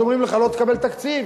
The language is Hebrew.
אומרים לך, לא תקבל תקציב,